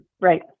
Right